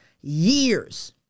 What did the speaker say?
years